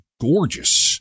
gorgeous